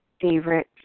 favorite